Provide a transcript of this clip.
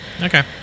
Okay